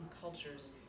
cultures